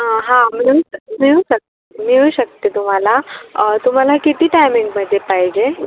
हां मिळून मिळू शक मिळू शकते तुम्हाला तुम्हाला किती टायमिंगमध्ये पाहिजे